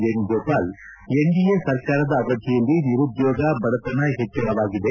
Venugopal NDA ಸರ್ಕಾರದ ಅವಧಿಯಲ್ಲಿ ನಿರುದ್ಲೋಗ ಬಡತನ ಹೆಚ್ಚಳವಾಗಿದೆ